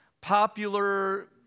popular